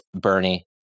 Bernie